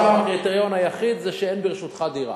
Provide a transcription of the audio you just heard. שם הקריטריון היחיד הוא שאין ברשותך דירה.